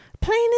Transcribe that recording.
Plain